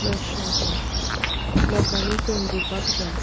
प्रस्न आसा लोकांनी समजुपाक जाय